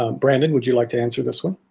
ah brandon, would you like to answer this one?